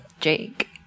Jake